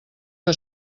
que